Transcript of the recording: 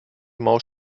maus